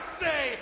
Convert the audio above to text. say